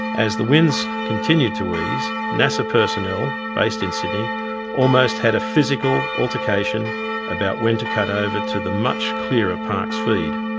as the winds continued to ease, nasa personnel based in sydney almost had a physical altercation about when to cut over to the much clearer parkes feed.